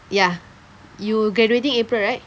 ya you're graduating April right